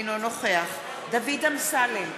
אינו נוכח דוד אמסלם,